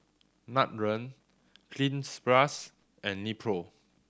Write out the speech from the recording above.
Nutren Cleanz Plus and Nepro